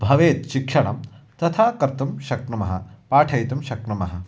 भवेत् शिक्षणं तथा कर्तुं शक्नुमः पाठयितुं शक्नुमः